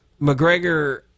McGregor